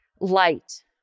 light